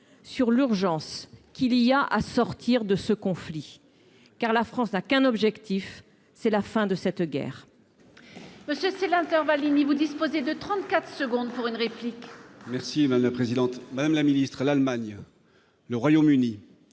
sur l'urgence qu'il y a à sortir de ce conflit car la France n'a qu'un objectif, c'est la fin de cette guerre.